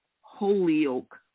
Holyoke